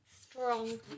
strong